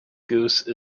goose